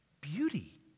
Beauty